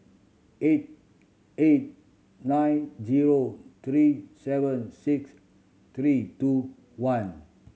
eight eight nine zero three seven six three two one